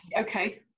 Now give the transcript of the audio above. okay